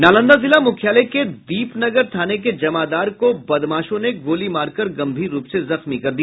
नालंदा जिला मुख्यालय के दीपनगर थाने के जमादार को बदमाशों ने गोली मारकर गम्भीर रूप से जख्मी कर दिया